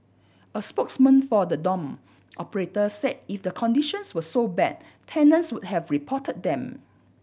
a spokesman for the dorm operator said if the conditions were so bad tenants would have reported them